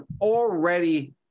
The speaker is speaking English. already